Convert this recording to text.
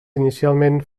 inicialment